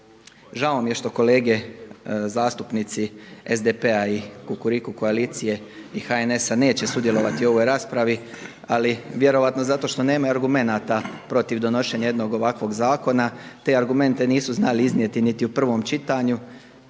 Žao mi je što kolege zastupnici SDP-a i Kukuriku koalicije i HNS-a neće sudjelovati u ovoj raspravi. Ali vjerojatno zato što nemaju argumenata protiv donošenja jednog ovakvog zakona. Te argumente nisu znali iznijeti niti u prvom čitanju,